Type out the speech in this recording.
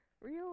real